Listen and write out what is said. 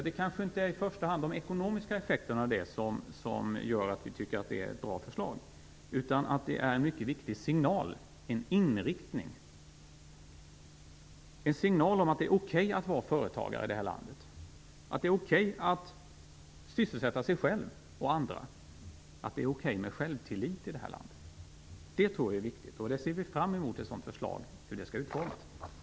Det kanske inte i första hand är de ekonomiska effekterna av det som gör att vi tycker att det är ett bra förslag, utan det är att det är en mycket viktig signal om att det är okej att vara företagare här i landet, att det är okej att sysselsätta sig själv och andra, att det är okej med självtillit. Det tror vi är viktigt, och vi ser fram mot att få ta del av hur ett sådant förslag kan utformas.